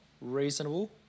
reasonable